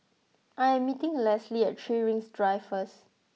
I am meeting Lesly at Three Rings Drive first